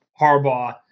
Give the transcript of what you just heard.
Harbaugh